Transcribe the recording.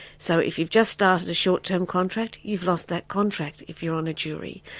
so if you've just started a short-term contract, you've lost that contract if you're on a jury.